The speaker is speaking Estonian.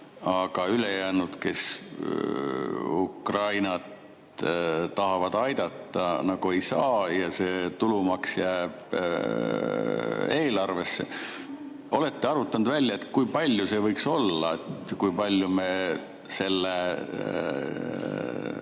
aga ülejäänud, kes Ukrainat tahavad aidata, ei saa, ja see tulumaks jääb eelarvesse. Olete te arvutanud välja, kui palju see võiks olla? Kui palju me selle